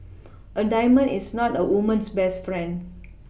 a diamond is not a woman's best friend